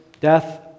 death